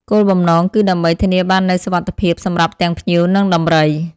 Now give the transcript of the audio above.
គោលបំណងគឺដើម្បី ធានាបាននូវសុវត្ថិភាព សម្រាប់ទាំង ភ្ញៀវ និងដំរី។